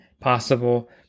possible